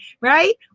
right